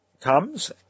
comes